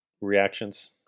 Reactions